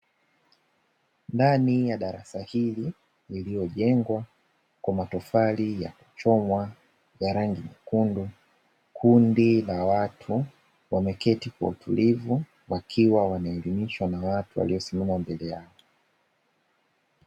Ndani ya darasa hili lililojengwa kwa matofali ya kuchomwa ya rangi nyekundu, kundi la watu wameketi kwa utulivu, wakiwa wanaelimishwa na watu waliosimama mbele yao.